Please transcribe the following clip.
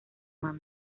mando